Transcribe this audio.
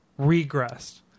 regressed